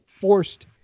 forced